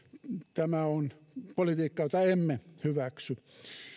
tämä on politiikkaa jota emme hyväksy